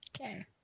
Okay